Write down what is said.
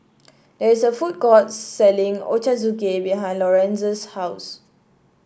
there is a food court selling Ochazuke behind Lorenza's house